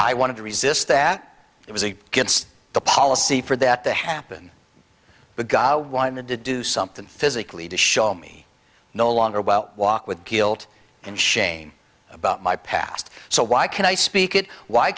i wanted to resist that it was a gets the policy for that to happen but god wanted to do something physically to show me no longer well walk with guilt and shame about my past so why can i speak it why